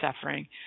suffering